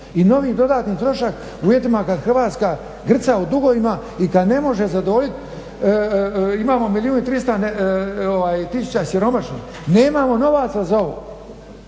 I novi dodatni trošak u uvjetima kad Hrvatska grca u dugovima i kad ne može zadovoljiti, imamo milijun i 300 tisuća siromašnih. Nemamo novaca za ovo.